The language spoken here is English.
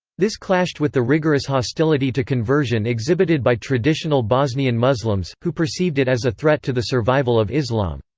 this clashed with the rigorous hostility to conversion exhibited by traditional bosnian muslims, who perceived it as a threat to the survival of islam.